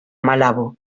malabo